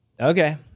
Okay